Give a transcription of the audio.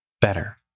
better